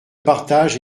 partage